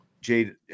Jade